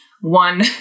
one